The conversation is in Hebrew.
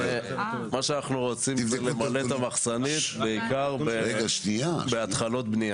מה שאנחנו רוצים זה למלא את המחסנית בעיקר בהתחלות בנייה.